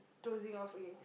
dosing off again